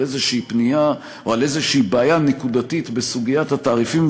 על איזושהי פנייה או בעיה נקודתית בסוגיית התעריפים.